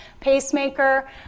pacemaker